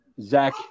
Zach